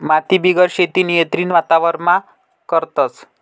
मातीबिगेर शेती नियंत्रित वातावरणमा करतस